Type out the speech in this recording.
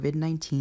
COVID-19